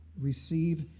Receive